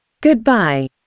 Goodbye